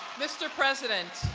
mr. president,